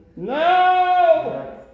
No